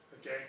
Okay